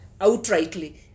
outrightly